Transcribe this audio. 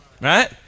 Right